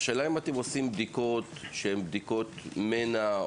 כשאתם עושים בדיקות שהן בדיקות מנע,